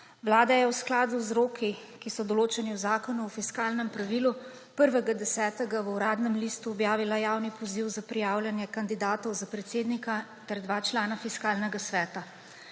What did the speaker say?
Vlada je v skladu z roki, ki so določeni v Zakonu o fiskalnem pravilu, 1. oktobra v Uradnem listu objavila javni poziv za prijavljanje kandidatov za predsednika ter dva člana Fiskalnega sveta.